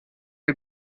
you